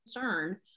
concern